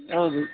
ಹೌದು